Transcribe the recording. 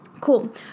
Cool